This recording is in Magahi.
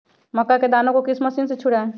मक्का के दानो को किस मशीन से छुड़ाए?